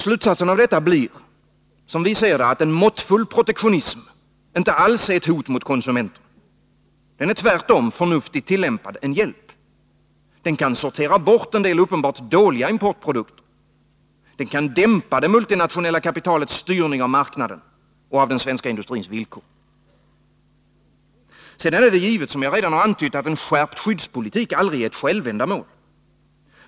Slutsatsen av detta blir, som vi ser det, att en måttfull protektionism inte alls är ett hot mot konsumenterna. Den är tvärtom, förnuftigt tillämpad, en hjälp. Den kan sortera bort en del uppenbart dåliga importprodukter. Den kan dämpa det multinationella kapitalets styrning av marknaden och av den svenska industrins villkor. Sedan är det givet, som jag redan har antytt, att en skärpt skyddspolitik aldrig är ett självändamål.